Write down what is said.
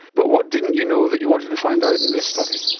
but what didn't you know that you wanted to find out in this study?